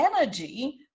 energy